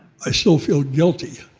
i still feel guilty